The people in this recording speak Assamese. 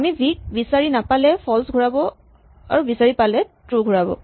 আমি ভি ক বিচাৰি নাপালে ফল্চ ঘূৰাব আৰু বিচাৰি পালে ট্ৰো ঘূৰাব